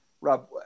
Rob